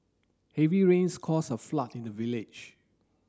heavy rains caused a flood in the village